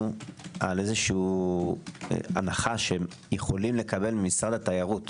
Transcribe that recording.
על הנחה שהם יכולים לקבל ממשרד התיירות